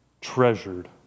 treasured